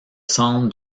centre